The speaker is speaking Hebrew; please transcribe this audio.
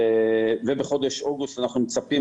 בחודש אוגוסט אנחנו מצפים,